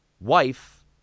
wife